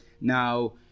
Now